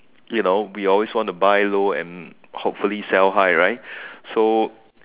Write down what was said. you know we always want to buy low and hopefully sell high right so